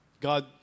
God